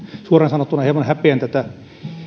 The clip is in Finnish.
suoraan sanottuna hieman häpeän tätä